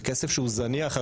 זה כסף שהוא זניח.